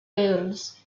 wales